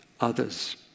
others